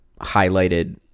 highlighted